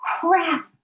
crap